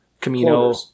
Camino